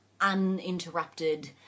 uninterrupted